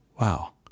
Wow